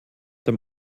dem